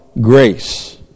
grace